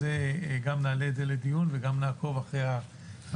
גם נעלה את זה לדיון וגם נעקוב אחר הביצוע.